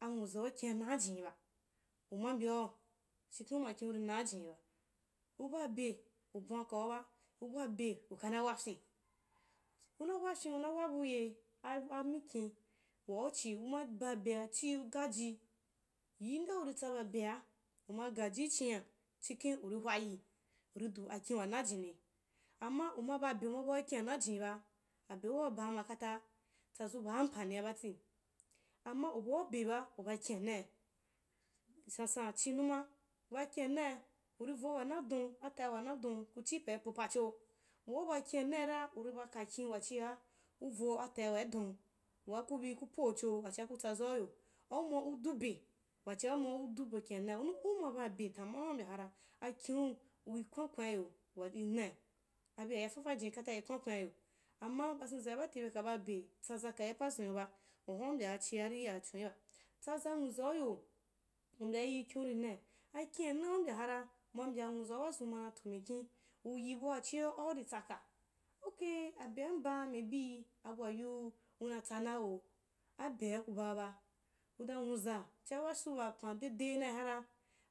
Anwuzau kuna naajini ba uma mbyau chikhen uma kin’uri naajin’iba uba be u bwankauba uba be ukana bakyin una wakyin unawa bu ye? A-amikin wa uchin uma ba-ba bea chii uaa’ii yi indea uri tsa ba bea, uma gaji i china chikhen uri hwayi uri du akin wana jinni amma um aba be uma baukin wanajiniba abeu waa ubaa ma kata tsazu baa mpania batii amma ubau be ba uba kina nai sansan chinuma una kinanai uri vo wanadon atao wanadon kachii pai p pacho waa uba kin’anaora uri baka uba ki’anaira uri wai don, waa kubi ku pocho wachia kutsa zauyo au ma udube wachia auma udu ko un wanai in um aba be tama waa u mbya hara, akin’u ui wan kwaniyo wa inai bei yakan fan’ijii kata ri kwana kwan iyo amma bazinzai batai beka babe betsa ka be pazun yo ba wahua u mbyaa chiari achoniba tsaza kin’uri nai, akin ani u mbya hara uma mbya nwazau wazun mana ti mikin, uyi bua xhia auri tsaka ok abe mbaa maybe abua yiu kuna tsana woo, abea ku b aba udan nwuza chia wasuu ba pan dedeinaii ha